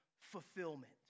fulfillment